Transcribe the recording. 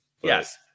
Yes